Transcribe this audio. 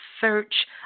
search